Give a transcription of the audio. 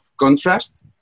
contrast